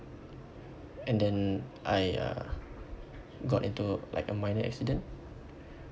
and then I uh got into like a minor accident